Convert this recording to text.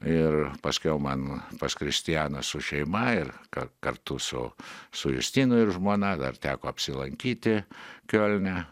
ir paskiau man pas kristianą su šeima ir kartu su su justinu ir žmona dar teko apsilankyti kiolne